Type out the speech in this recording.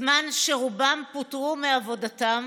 בזמן שרובם פוטרו מעבודתם